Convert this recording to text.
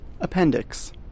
Appendix